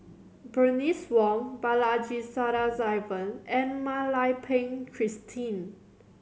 Bernice Wong Balaji Sadasivan and Mak Lai Peng Christine